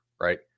right